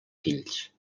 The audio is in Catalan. fills